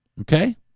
Okay